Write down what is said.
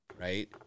right